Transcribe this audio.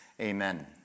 Amen